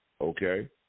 Okay